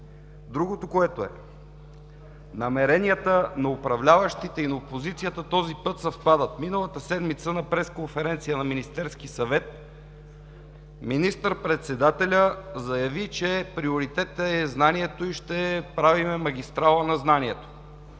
Другото – намеренията на управляващите и опозицията този път съвпадат. Миналата седмица на пресконференция на Министерския съвет министър-председателят заяви, че приоритетът е знанието и ще правим магистрала на знанието,